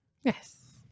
Yes